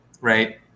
right